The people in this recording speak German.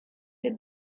den